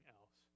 else